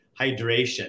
hydration